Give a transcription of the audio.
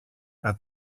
add